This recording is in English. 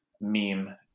meme